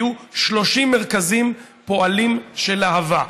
שהיו 30 מרכזים פועלים של להב"ה.